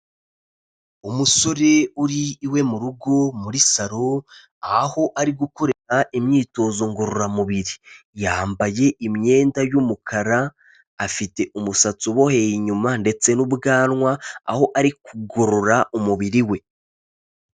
Umusore uri iwe mu rugo muri saro, aho ari gukorera imyitozo ngororamubiri, yambaye imyenda y'umukara, afite umusatsi uboheye inyuma ndetse n'ubwanwa, aho ari kugorora umubiri we.